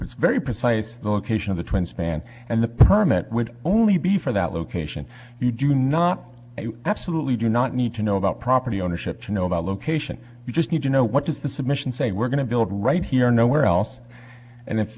was very precise the location of the twin span and the permit would only be for that location we do not absolutely do not need to know about property ownership to know about location we just need to know what does the submission say we're going to build right here nowhere else and